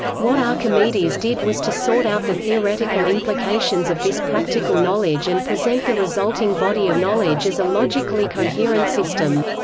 what archimedes did was to sort out the theoretical implications of this practical knowledge and present the resulting body of knowledge as a logically coherent system.